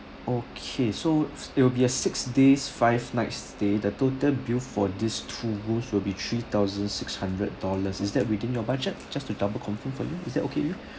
okay so it will be a six days five nights stay the total bill for this two rooms will be three thousand six hundred dollars is that within your budget just to double confirm for you is that okay with you